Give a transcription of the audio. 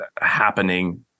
happening